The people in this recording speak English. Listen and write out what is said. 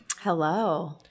Hello